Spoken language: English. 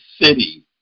city